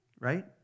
right